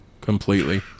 completely